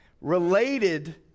related